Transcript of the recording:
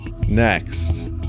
Next